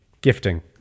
gifting